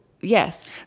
Yes